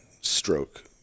stroke